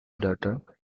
daughter